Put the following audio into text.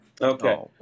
Okay